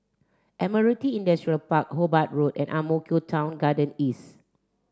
Admiralty Industrial Park Hobart Road and Ang Mo Kio Town Garden East